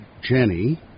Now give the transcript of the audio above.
Jenny